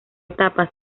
etapa